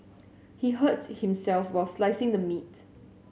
he hurt himself while slicing the meat